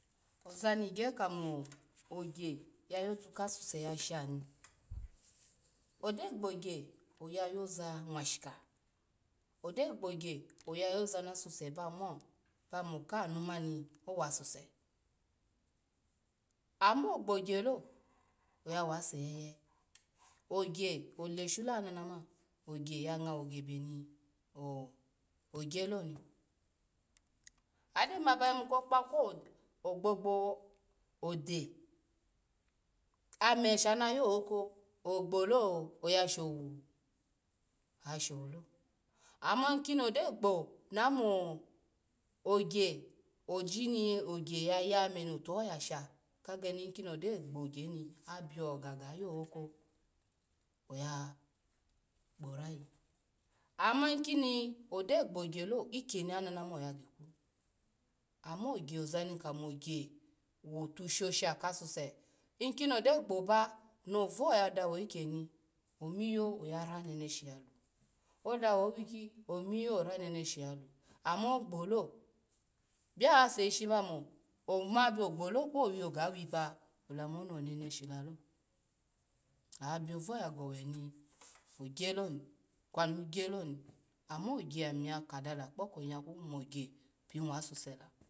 Oza ni gya ka mo ogya ya yotu kasuse ya shani ogyo gbogba oya yo za nwashika, ogyo gbogya oya yoza nasuse bamo bamo kai anu ma owa suse, amo gbogyalo oya wase yeye ogya ole shu lo ana nama ogya ya ngwo gebe ni ho-gyaloni ogyo ma ba yimu ko kpa ku ogbo gbo ode ome shana yoko ogbolo-oyashawu ashowu lo ama ikini gyo gbo na mo ogya obini ogya yaya me no tuho yasha kageni ikimi ogyo gbo gyalo ikyeni ananama oya geku, ama ogya oza ni mo gya wotu shosha ka susu ikini ogyo gbo ba, no ba ya dawo ikyeni omiyo oya ra neneshi yalu, odawo owiki omiyo oyara neneshi yolu amo gbolo, biose shishini mo omo biogbolo kwo wi oga wipa olamuhoni woneneshi lala, oya biova yagowe ni ogya loni kwo nu gya loni ama ogya ami ya ka dala kpoko nyaku mogya pini wasuse la